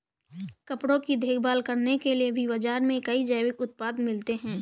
कपड़ों की देखभाल करने के लिए भी बाज़ार में कई जैविक उत्पाद मिलते हैं